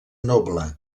noble